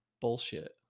Bullshit